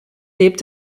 lebt